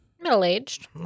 Middle-aged